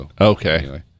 okay